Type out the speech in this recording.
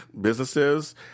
businesses